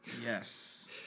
Yes